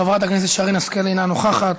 חברת הכנסת שרן השכל, אינה נוכחת.